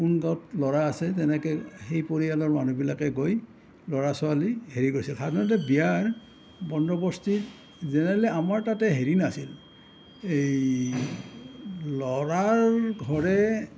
কোন গাঁৱত ল'ৰা আছে তেনেকে সেই পৰিয়ালৰ মানুহবিলাকে গৈ ল'ৰা ছোৱালী হেৰি কৰিছিল সাধাৰণতে বিয়াৰ বন্দবস্তিৰ জেনেৰেলি আমাৰ তাতে হেৰি নাছিল এই ল'ৰাৰ ঘৰে